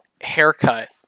haircut